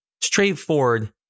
straightforward